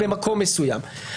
במקום מסוים.